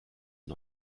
nur